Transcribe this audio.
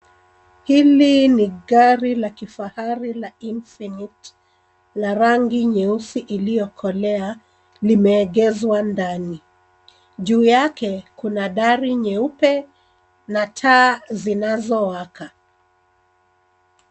Hili ni gari la kifahari la Infinity la rangi nyeusi iliyokolea limeegeshwa ndani. Juu yake kuna dari nyeupe na taa zinazowaka.